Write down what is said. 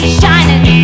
shining